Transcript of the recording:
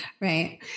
Right